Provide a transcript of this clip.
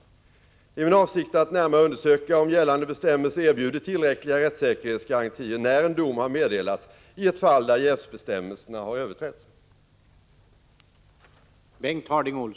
Det är min avsikt att närmare undersöka om gällande bestämmelser erbjuder tillräckliga rättssäkerhetsgarantier när en dom har meddelats i ett fall där jävsbestämmelserna har överträtts.